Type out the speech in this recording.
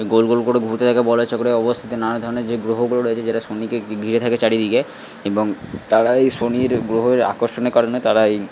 গোল গোল করে ঘুরতে থাকে বলয়চক্রের অবস্থাতে নানা ধরনের যে গ্রহগুলো রয়েছে যেটা শনিকে ঘিরে থাকে চারিদিকে এবং তারা এই শনির গ্রহের আকর্ষণের কারণে তারা এই